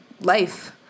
life